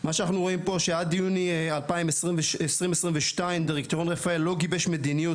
מה שאנחנו רואים פה שעד יוני 2022 דירקטוריון רפאל לא גיבש מדיניות